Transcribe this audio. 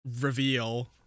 reveal